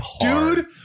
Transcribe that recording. dude